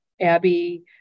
Abby